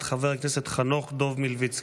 את חבר הכנסת חנוך דב מלביצקי.